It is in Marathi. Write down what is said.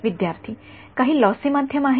विद्यार्थीः काही लॉसी माध्यम आहे का